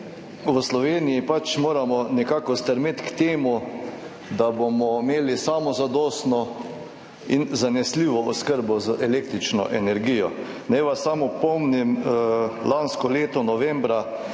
V Sloveniji pač moramo nekako stremeti k temu, da bomo imeli samozadostno in zanesljivo oskrbo z električno energijo. Naj vas samo spomnim, lansko leto novembra